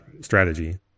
strategy